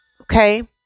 Okay